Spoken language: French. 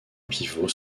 pivot